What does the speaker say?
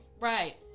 Right